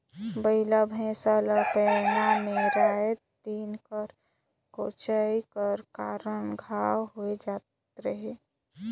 बइला भइसा ला पैना मे राएत दिन कर कोचई कर कारन घांव होए जाए रहथे